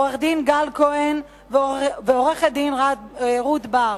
לעורך-דין גל כהן ולעורכת-דין רות בר,